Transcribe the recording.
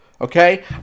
Okay